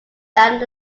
than